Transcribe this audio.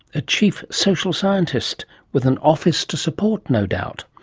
a chief social scientist with an office to support no doubt.